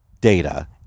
data